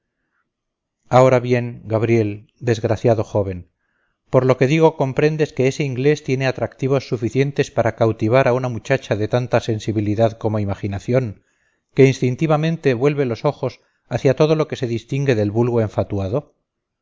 ahora bien gabriel desgraciado joven por lo que digo comprendes que ese inglés tiene atractivos suficientes para cautivar a una muchacha de tanta sensibilidad como imaginación que instintivamente vuelve los ojos hacia todo lo que se distingue del vulgo enfatuado